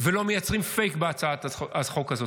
ולא מייצרים פייק בהצעת החוק הזאת,